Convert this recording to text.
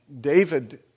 David